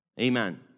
amen